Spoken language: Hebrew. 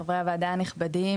חברי הוועדה הנכבדים.